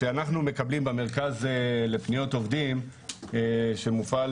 כשאנחנו מקבלים במרכז לפניות עובדים שמופעל